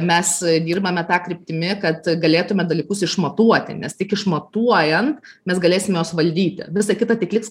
mes dirbame ta kryptimi kad galėtume dalykus išmatuoti nes tik išmatuojan mes galėsime juos valdyti visa kita tik liks